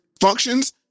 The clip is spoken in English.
functions